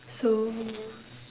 so